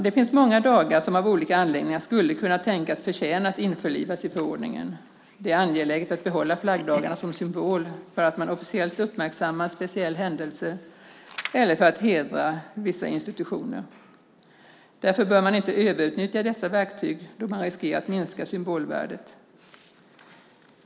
Det finns många dagar som av olika anledningar skulle kunna tänkas förtjäna att införlivas i förordningen. Det är angeläget att behålla flaggdagarna som symbol för att officiellt uppmärksamma en speciell händelse eller för att hedra vissa institutioner. Därför bör man inte överutnyttja dessa verktyg då det riskerar att minska symbolvärdet.